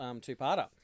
two-parter